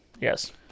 Yes